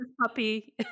puppy